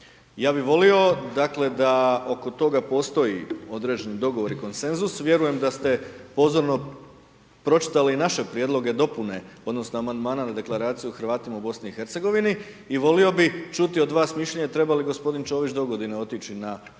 Ja bi volio, dakle, da oko toga postoji određeni dogovor i konsenzus, vjerujem da ste pozorno pročitali i naše prijedloge dopune odnosno amandmana na Deklaraciju o Hrvatima u Bosni i Hercegovini, i volio bih čuti od vas mišljenje treba li gospodin Čović dogodine otići na proslavu